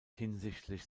hinsichtlich